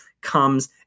comes